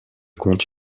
compte